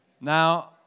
now